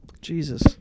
Jesus